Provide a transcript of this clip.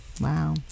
Wow